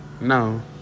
no